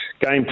game